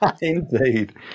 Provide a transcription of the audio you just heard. Indeed